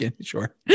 Sure